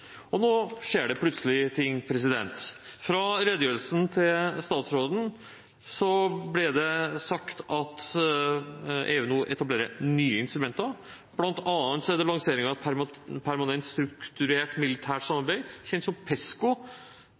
Og nå skjer plutselig noe. I statsrådens redegjørelse ble det sagt at EU nå etablerer nye instrumenter. Det er bl.a. lansering av et permanent strukturert militært samarbeid, kjent som PESCO.